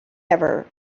ever